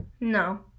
No